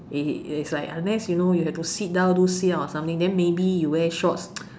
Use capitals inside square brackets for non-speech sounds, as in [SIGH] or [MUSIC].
it it it's like unless you know you have to sit down do sit ups or something then maybe you wear shorts [NOISE]